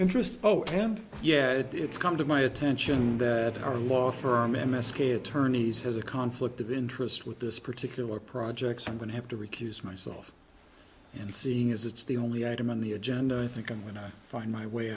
interest oh and yeah it's come to my attention that our law firm m s k attorneys has a conflict of interest with this particular projects i'm going to have to recuse myself and seeing as it's the only item on the agenda i think i'm going to find my way